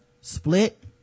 split